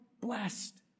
blessed